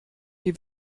die